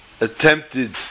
attempted